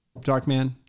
Darkman